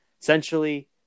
essentially